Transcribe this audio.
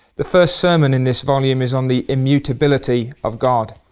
the first sermon in this volume is on the immutability of god,